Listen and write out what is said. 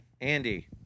Andy